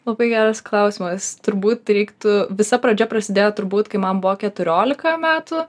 labai geras klausimas turbūt reiktų visa pradžia prasidėjo turbūt kai man buvo keturiolika metų